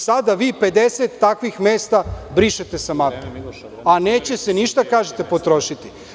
Sada vi 50 takvih mesta brišete sa mape, a neće se ništa, kažete, potrošiti.